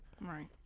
Right